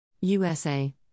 USA